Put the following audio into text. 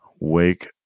wake